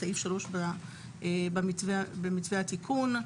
סעיף 3 במתווה התיקון.